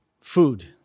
Food